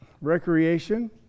recreation